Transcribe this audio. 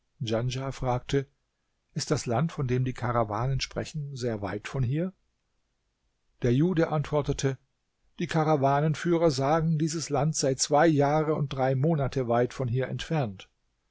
djanschah fragte ist das land von dem die karawanen sprechen sehr weit von hier der jude antwortete die karawanenführer sagen dieses land sei zwei jahre und drei monate weit von hier entfernt